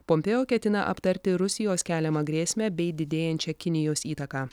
pompėo ketina aptarti rusijos keliamą grėsmę bei didėjančią kinijos įtaką